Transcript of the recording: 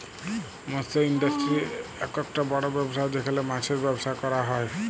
মৎস ইন্ডাস্ট্রি আককটা বড় ব্যবসা যেখালে মাছের ব্যবসা ক্যরা হ্যয়